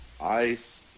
ice